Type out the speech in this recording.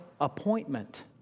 appointment